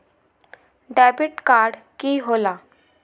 Debit card की होला?